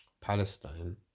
Palestine